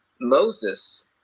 Moses